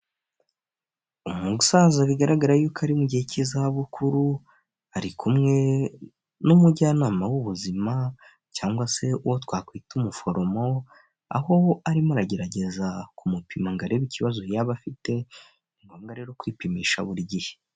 Umusaza bigaragara yuko ari mu gihe cy'izabukuru ari kumwe n'umujyanama w'ubuzima cyangwa se uwo twakwita umuforomo aho ubu arimo aragerageza kumupima ngo arebe ikibazo yaba afite ni ngombwa rero kwipimisha buri gihe.